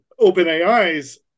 OpenAI's